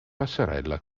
passerella